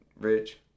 rich